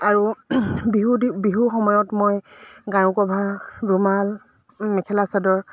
আৰু বিহুদি বিহুৰ সময়ত মই গাৰু কভাৰ ৰুমাল মেখেলা চাদৰ